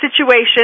situation